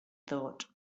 thought